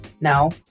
Now